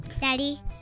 Daddy